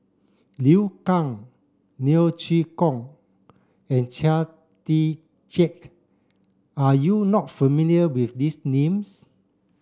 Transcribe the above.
Liu Kang Neo Chwee Kok and Chia Tee Chiak are you not familiar with these names